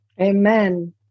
Amen